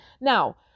Now